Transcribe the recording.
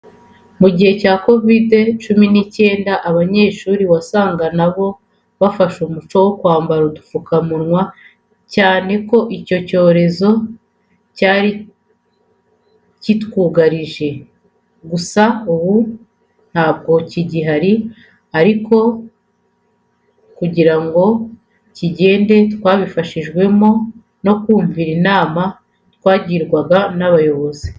Mu gihe cya Covid cumi n'icyenda abanyeshuri wasanga na bo barafashe umuco wo kwambara udupfukamunwa, cyane ko icyo cyorezo cyari kitwugarije. Gusa ubu ngubu ntabwo kigihari ariko kugira ngo kigende twabifashijwemo no kumvira inama twagirwaga n'abayobozi.